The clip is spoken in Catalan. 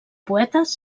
poetes